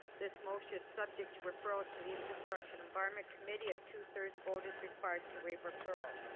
this motion is subject to referral to the infrastructure and environment committee. a two-thirds vote is required to waive referral.